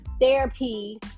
therapy